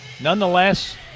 Nonetheless